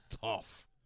tough